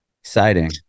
Exciting